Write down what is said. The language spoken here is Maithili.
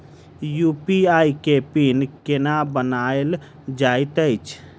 यु.पी.आई केँ पिन केना बनायल जाइत अछि